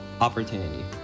opportunity